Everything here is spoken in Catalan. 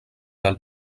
del